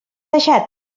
deixat